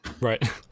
Right